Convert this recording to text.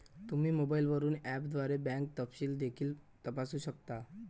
तुम्ही मोबाईलवरून ऍपद्वारे बँक तपशील देखील तपासू शकता